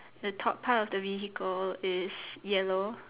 the top part of the vehicle is yellow